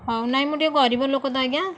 ହେଉ ନାଇଁ ମୁଁ ଟିକେ ଗରିବ ଲୋକ ତ ଆଜ୍ଞା